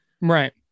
Right